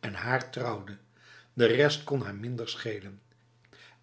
en haar trouwde de rest kon haar minder schelen